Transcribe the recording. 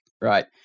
Right